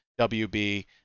WB